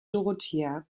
dorothea